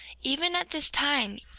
even at this time,